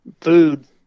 food